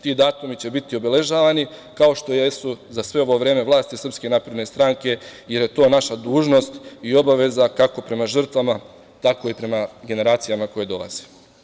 Ti datumi će biti obeležavani, kao što jesu za sve ovo vreme vlasti SNS, jer je to naša dužnosti i obaveza kako prema žrtvama tako i prema generacijama koje dolaze.